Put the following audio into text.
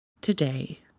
Today